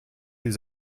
des